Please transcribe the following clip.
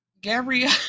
Gabrielle